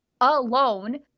alone